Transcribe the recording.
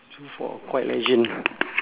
super four quite legend